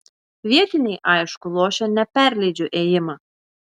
vietiniai aišku lošia ne perleidžiu ėjimą